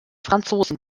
franzosen